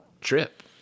trip